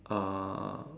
uh